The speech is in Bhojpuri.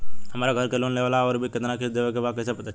हमरा घर के लोन लेवल बा आउर अभी केतना किश्त देवे के बा कैसे पता चली?